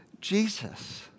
Jesus